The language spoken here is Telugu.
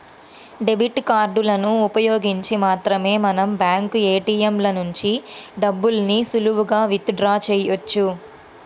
డెబిట్ కార్డులను ఉపయోగించి మాత్రమే మనం బ్యాంకు ఏ.టీ.యం ల నుంచి డబ్బుల్ని సులువుగా విత్ డ్రా చెయ్యొచ్చు